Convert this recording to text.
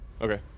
okay